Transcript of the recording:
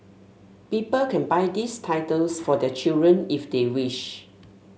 people can buy these titles for their children if they wish